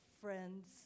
friends